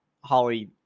Holly